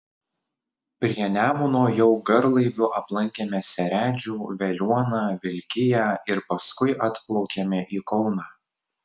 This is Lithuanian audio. prie nemuno jau garlaiviu aplankėme seredžių veliuoną vilkiją ir paskui atplaukėme į kauną